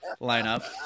lineup